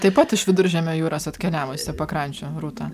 taip pat iš viduržemio jūros atkeliavusi pakrančių rūta